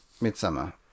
Midsummer